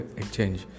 exchange